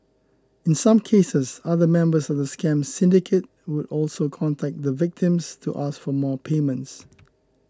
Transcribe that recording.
in some cases other members of the scam syndicate would also contact the victims to ask for more payments